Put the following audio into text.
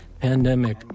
Pandemic